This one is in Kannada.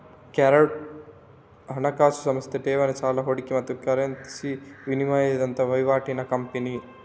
ಹಣಕಾಸು ಸಂಸ್ಥೆ ಠೇವಣಿ, ಸಾಲ, ಹೂಡಿಕೆ ಮತ್ತು ಕರೆನ್ಸಿ ವಿನಿಮಯದಂತಹ ವೈವಾಟಿನ ಕಂಪನಿ